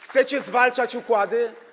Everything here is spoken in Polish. Chcecie zwalczać układy?